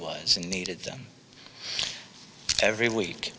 was and needed them every week